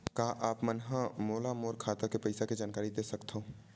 का आप मन ह मोला मोर खाता के पईसा के जानकारी दे सकथव?